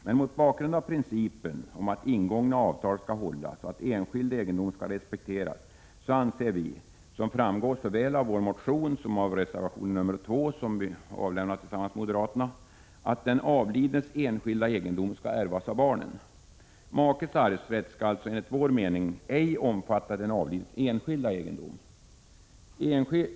Men mot bakgrund av principen om att ingångna avtal skall hållas och att enskild egendom skall respekteras anser vi, som framgår såväl av vår motion som av reservation nr 2, som vi har avlämnat tillsammans med moderaterna, att den avlidnes enskilda egendom skall ärvas av barnen. Makes arvsrätt skall alltså enligt vår mening ej omfatta den avlidnes enskilda egendom.